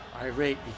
irate